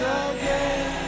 again